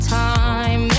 time